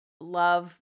love